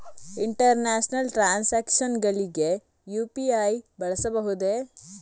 International transactions ಗಳಿಗೆ UPI ಬಳಸಬಹುದೇ?